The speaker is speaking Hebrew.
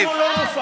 אם הוא לא מופעל,